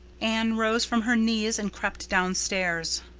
anne rose from her knees and crept downstairs.